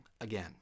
again